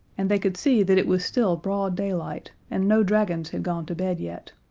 and they could see that it was still broad daylight, and no dragons had gone to bed yet.